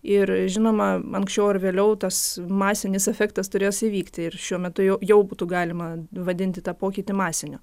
ir žinoma anksčiau ar vėliau tas masinis efektas turės įvykti ir šiuo metu jau būtų galima vadinti tą pokytį masiniu